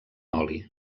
oli